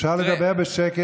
אפשר לדבר בשקט?